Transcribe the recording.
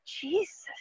Jesus